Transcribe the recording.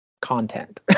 content